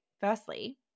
firstly